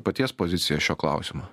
paties pozicija šiuo klausimu